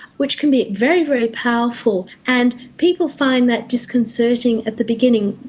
which can be very, very powerful, and people find that disconcerting at the beginning.